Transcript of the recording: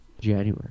January